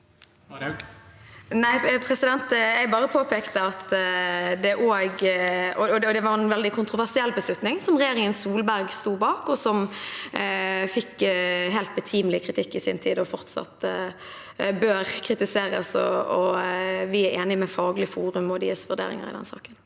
Nei, jeg påpekte bare at det var en veldig kontroversiell beslutning som regjeringen Solberg sto bak, som fikk helt betimelig kritikk i sin tid, og som fortsatt bør kritiseres. Vi er enig med Faglig forum og deres vurderinger i den saken.